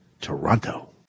Toronto